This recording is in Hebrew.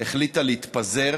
החליטה להתפזר